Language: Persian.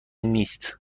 نیست